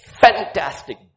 fantastic